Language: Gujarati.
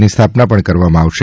ની સ્થાપના કરવામાં આવશે